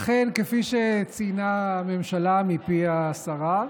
אכן, כפי שציינה הממשלה מפי השרה,